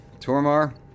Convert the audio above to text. Tormar